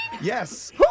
Yes